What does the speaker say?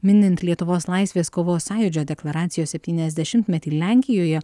minint lietuvos laisvės kovos sąjūdžio deklaracijos septyniasdešimtmetį lenkijoje